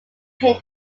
pain